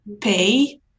Pay